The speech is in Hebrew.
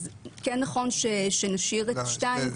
כן נכון שנשאיר את סעיף (2).